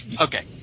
okay